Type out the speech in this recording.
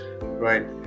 Right